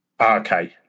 Okay